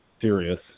serious